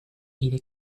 iré